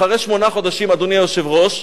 אחרי שמונה חודשים, אדוני היושב-ראש,